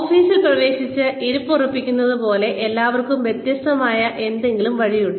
ഓഫീസിൽ പ്രവേശിച്ച് ഇരിപ്പുറപ്പിക്കന്നത് പോലെ എല്ലാവർക്കും വ്യത്യസ്തമായ എന്തെങ്കിലും വഴിയുണ്ട്